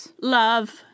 Love